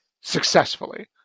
successfully